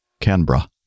Canberra